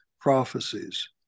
prophecies